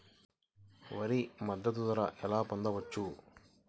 వరి మద్దతు ధర ఎలా పొందవచ్చు?